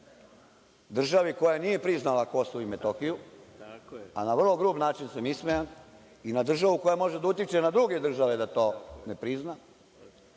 državi koja nije priznala Kosovo i Metohiju, a na vrlo grub način sam ismejan i na državu koja može da utiče na druge države da to ne priznaju.